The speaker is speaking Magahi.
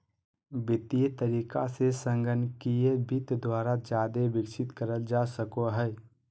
वित्तीय तरीका से संगणकीय वित्त द्वारा जादे विकसित करल जा सको हय